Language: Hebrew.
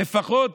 לפחות,